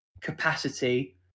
capacity